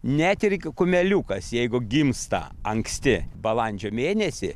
net ir kumeliukas jeigu gimsta anksti balandžio mėnesį